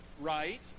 right